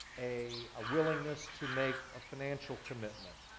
a a willingness to make a financial commitment,